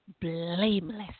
blameless